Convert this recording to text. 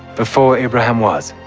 before abraham was,